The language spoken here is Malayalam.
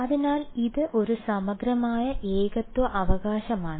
അതിനാൽ ഇത് ഒരു സമഗ്രമായ ഏകത്വ അവകാശമാണ്